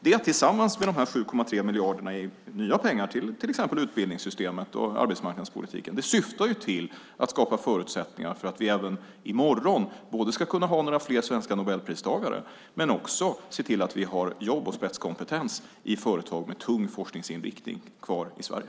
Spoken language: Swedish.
Detta tillsammans med de 7,3 miljarderna i nya pengar till exempel till utbildningssystemet och arbetsmarknadspolitiken syftar till att skapa förutsättningar för att vi även i morgon ska kunna både ha några fler svenska nobelpristagare och se till att vi har jobb och spetskompetens i företag med tung forskningsinriktning kvar i Sverige.